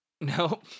no